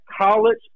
college